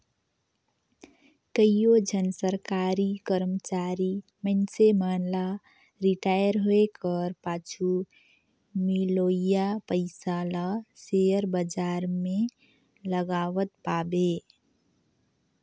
कइयो झन सरकारी करमचारी मइनसे मन ल रिटायर होए कर पाछू मिलोइया पइसा ल सेयर बजार में लगावत पाबे